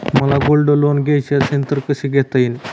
मला gold loan घ्यायचे असेल तर कसे घेता येईल?